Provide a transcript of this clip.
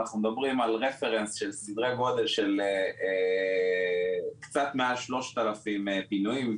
אנחנו מדברים על רפרנס של סדרי גדול קצת מעל 3,000 פינויים,